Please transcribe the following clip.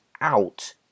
out